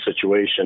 situation